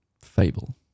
Fable